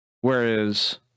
Whereas